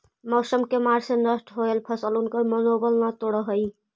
मौसम के मार से नष्ट होयल फसल उनकर मनोबल के न तोड़ हई